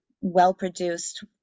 well-produced